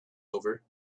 over